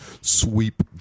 Sweep